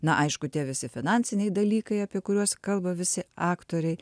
na aišku tie visi finansiniai dalykai apie kuriuos kalba visi aktoriai